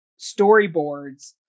storyboards